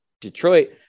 Detroit